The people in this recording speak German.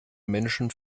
menschen